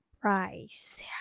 price